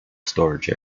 storage